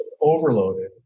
overloaded